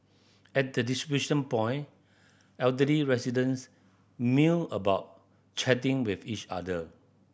at the distribution point elderly residents mill about chatting with each other